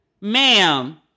ma'am